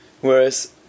whereas